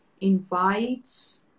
invites